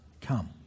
Come